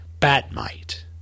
Batmite